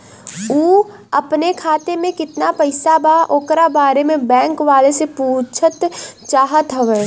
उ अपने खाते में कितना पैसा बा ओकरा बारे में बैंक वालें से पुछल चाहत हवे?